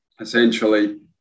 essentially